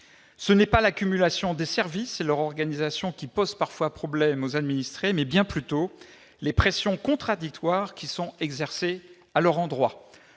C'est non pas l'accumulation des services et leur organisation qui pose parfois problème aux administrés, mais bien plutôt les pressions contradictoires exercées à leur endroit.